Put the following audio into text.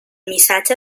missatge